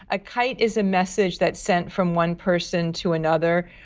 a kite is a message that sent from one person to another,